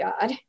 God